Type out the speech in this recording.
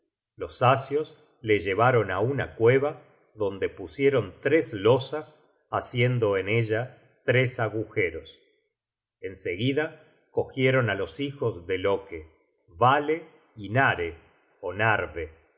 los asios le llevaron á una cueva donde pusieron tres losas haciendo en ellas tres agujeros en seguida cogieron á los hijos de loke vale y nare ó narve